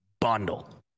Bundle